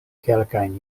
kelkajn